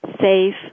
safe